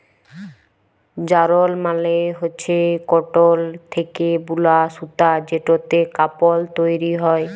যারল মালে হচ্যে কটল থ্যাকে বুলা সুতা যেটতে কাপল তৈরি হ্যয়